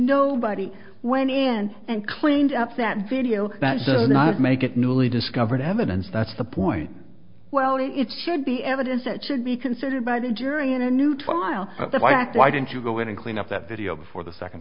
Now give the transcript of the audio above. nobody went in and cleaned up that video that does not make it newly discovered evidence that's the point well it should be the evidence that should be considered by the jury in a new trial that i asked why didn't you go in and clean up that video before the second